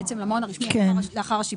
בעצם למעון הרשמי לאחר השיפוץ,